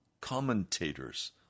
commentators